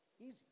Easy